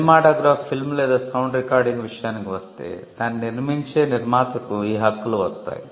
cinematograph film లేదా sound recording విషయానికి వస్తే దానిని నిర్మించే నిర్మాతకు ఈ హక్కులు వస్తాయి